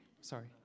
Sorry